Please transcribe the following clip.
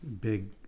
big